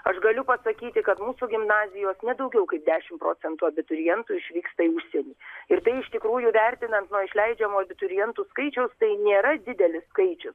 aš galiu pasakyti kad mūsų gimnazijos ne daugiau kaip dešimt procentų abiturientų išvyksta į užsienį ir tai iš tikrųjų vertinant nuo išleidžiamų abiturientų skaičiaus tai nėra didelis skaičius